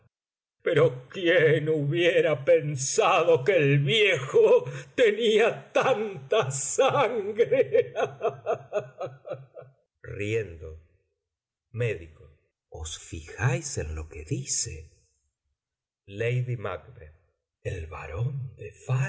pero quién hubiera pensado que el viejo tenía tanta sangre riendo méd os fijáis en lo que dice lady mac el barón